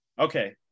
Okay